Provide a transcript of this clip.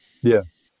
Yes